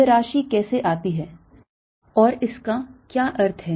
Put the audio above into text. यह राशि कैसे आती है और इसका क्या अर्थ है